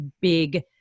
big